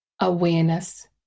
Awareness